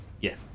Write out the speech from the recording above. Yes